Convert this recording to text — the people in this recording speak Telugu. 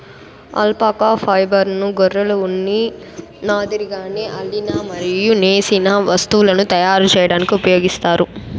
అల్పాకా ఫైబర్ను గొర్రెల ఉన్ని మాదిరిగానే అల్లిన మరియు నేసిన వస్తువులను తయారు చేయడానికి ఉపయోగిస్తారు